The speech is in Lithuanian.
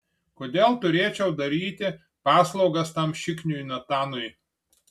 kodėl turėčiau daryti paslaugas tam šikniui natanui